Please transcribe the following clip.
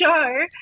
show